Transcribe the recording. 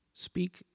Speak